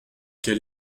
quel